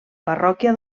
parròquia